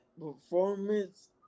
performance